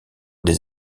des